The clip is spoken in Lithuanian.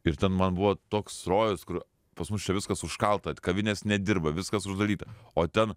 ir ten man buvo toks rojus kur pas mus čia viskas užkalta kavinės nedirba viskas uždaryta o ten